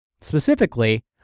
specifically